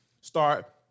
start –